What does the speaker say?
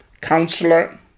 Counselor